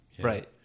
Right